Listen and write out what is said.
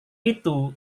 itu